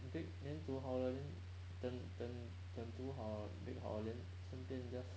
bake then 煮好了 then 等等等煮好 bake 好顺便 just